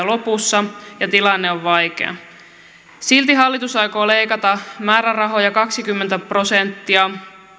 lopussa ja tilanne on vaikea silti hallitus aikoo leikata määrärahoja kaksikymmentä prosenttia